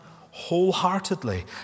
wholeheartedly